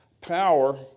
power